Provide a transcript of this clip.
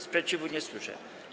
Sprzeciwu nie słyszę.